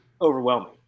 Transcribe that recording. overwhelming